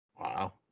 Wow